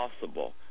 possible